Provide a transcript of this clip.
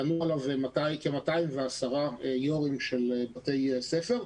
ענו עליו כ-210 יושבי ראש של בתי ספר.